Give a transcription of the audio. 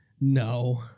No